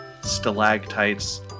stalactites